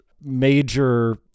major